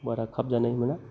बारा खाब जानाय मोना